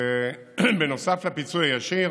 נוסף לפיצוי הישיר